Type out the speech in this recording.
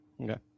Okay